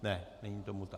Ne, není tomu tak.